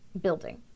building